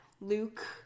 Luke